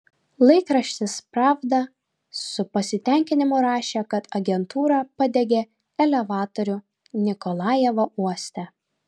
laikraštis pravda su pasitenkinimu rašė kad agentūra padegė elevatorių nikolajevo uoste